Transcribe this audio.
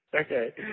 Okay